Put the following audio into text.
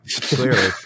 clearly